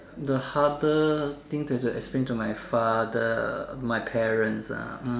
the harder thing that I had to explain to my father my parents ah hmm